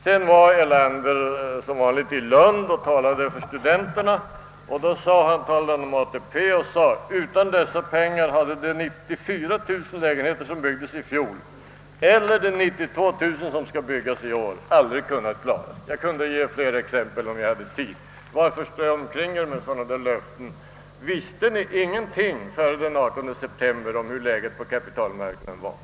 Sedan var herr Erlander som vanligt i Lund och talade för studenterna om ATP. »Utan dessa pengar hade de 94 000 lägenheter som byggdes i fjor eller de 92 000 i år aldrig kunnat klaras», sade han den gången. Jag kunde ge fler exempel, om jag hade tid. Varför strör ni sådana löften omkring er? Visste ni ingenting före den 18 september om hur läget på kapitalmarknaden tedde sig?